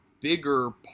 bigger